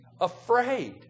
afraid